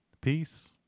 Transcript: peace